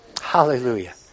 Hallelujah